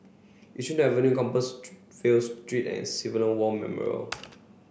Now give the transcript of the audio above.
Yishun Avenue Street and Civilian War Memorial